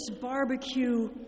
barbecue